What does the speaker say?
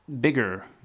bigger